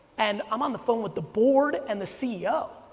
and i'm on the phone with the board and the ceo,